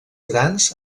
grans